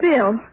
Bill